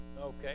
Okay